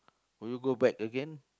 do you go back again